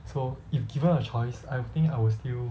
so if given a choice I think I will still